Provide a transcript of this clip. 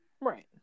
Right